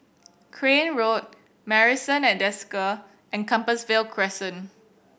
Crane Road Marrison at Desker and Compassvale Crescent